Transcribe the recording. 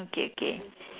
okay okay